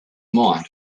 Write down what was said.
mind